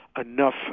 enough